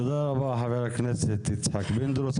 תודה רבה, חה"כ יצחק פינדרוס.